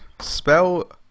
spell